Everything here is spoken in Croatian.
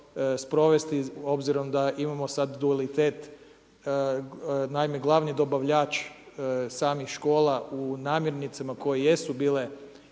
sprovesti s obzirom da imamo sad dualitet, naime glavni dobavljač samih škola u namirnicama koje jesu bile